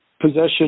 possession